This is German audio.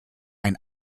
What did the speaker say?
ein